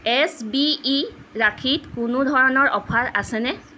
S B I ৰাখীত কোনো ধৰণৰ অফাৰ আছেনে